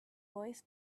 voice